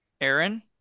Aaron